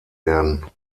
werden